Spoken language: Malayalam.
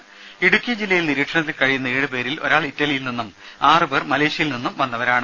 ദേദ ഇടുക്കി ജില്ലയിൽ നിരീക്ഷണത്തിൽ കഴിയുന്ന ഏഴ് പേരിൽ ഒരാൾ ഇറ്റലിയിൽ നിന്നും ആറു പേർ മലേഷ്യയിൽ നിന്നും വന്നരാണ്